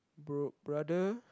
bro brother